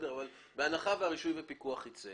אבל בהנחה והרישוי והפיקוח ייצא